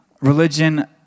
religion